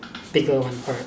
bigger one correct